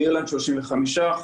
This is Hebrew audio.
באירלנד 35%,